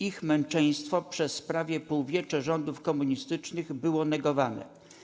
Ich męczeństwo przez prawie półwiecze rządów komunistycznych było negowane.